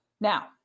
Now